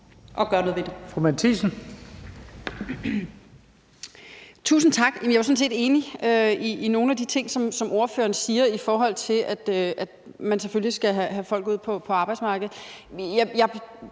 at gøre noget ved det.